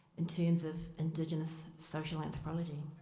in terms of indigenous social anthropology.